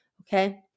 okay